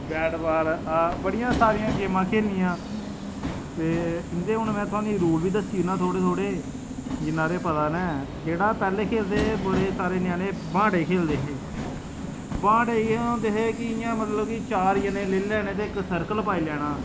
वेटबाल ते बड़ियां सारियां गेमां खेलनियां ते इंदे हून में तुहानू रुल बी दस्सी ओड़ना थोह्डे़ थोह्डे़ जिन्ने सारे पता ना जेहडा़ पहले खेलदे है बडे़ सारे न्याने बांह्टे खेलदे हे बांह्टे होंदे है कियां कि चार जने होंदे हे लेई लेने ते इक सर्कल पाई लैना